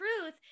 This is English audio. truth